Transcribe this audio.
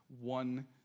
one